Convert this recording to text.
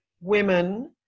women